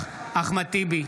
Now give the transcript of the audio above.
אחמד טיבי,